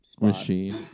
machine